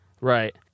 right